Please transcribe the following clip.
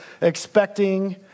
expecting